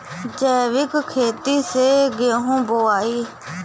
जैविक खेती से गेहूँ बोवाई